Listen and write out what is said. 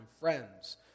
friends